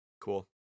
Cool